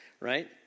right